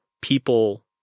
people